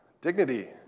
dignity